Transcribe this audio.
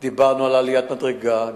דיברנו על עליית המדרגה,